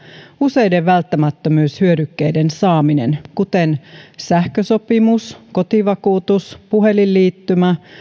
useiden välttämättömyyshyödykkeiden saaminen kuten sähkösopimus kotivakuutus puhelinliittymä